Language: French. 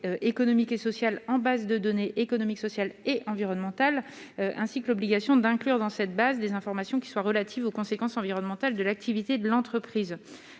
économiques et sociales en base de données économiques, sociales et environnementales, ainsi que l'obligation d'inclure dans cette base des informations qui soient relatives aux conséquences environnementales de l'activité de l'entreprise,